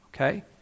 okay